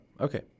Okay